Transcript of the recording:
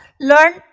Learn